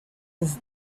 his